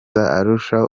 arusha